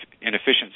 inefficiency